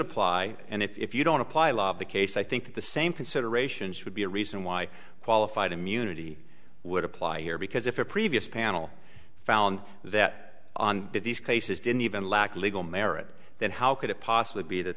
apply and if you don't apply the case i think the same considerations would be a reason why qualified immunity would apply here because if a previous panel found that on these cases didn't even lack legal merit then how could it possibly be that